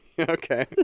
okay